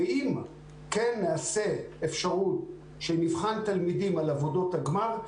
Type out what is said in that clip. ואם כן תהיה אפשרות שנבחן תלמידים על עבודות הגמר,